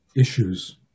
issues